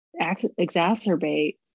exacerbate